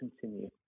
continue